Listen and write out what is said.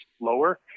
lower